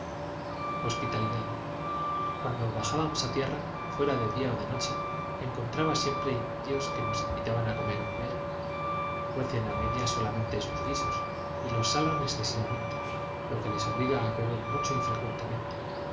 hospitalidad cuando bajábamos a tierra fuera de día o de noche encontraba siempre indios que nos invitaban a comer o beber cuecen a medias solamente sus guisos y los salan excesivamente lo que les obliga a beber mucho y frecuentemente